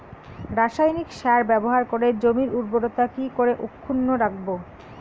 রাসায়নিক সার ব্যবহার করে জমির উর্বরতা কি করে অক্ষুণ্ন রাখবো